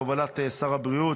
בהובלת שר הבריאות,